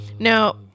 Now